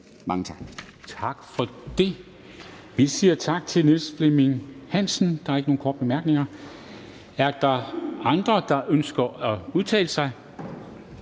Mange tak.